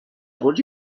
برج